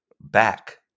back